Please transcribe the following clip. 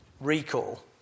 Recall